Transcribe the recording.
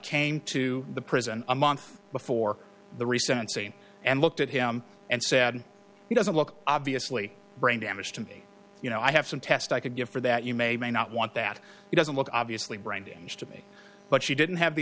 came to the prison a month before the recent scene and looked at him and said he doesn't look obviously brain damaged to me you know i have some test i could give for that you may not want that he doesn't want obviously brain damaged but she didn't have the